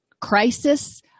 crisis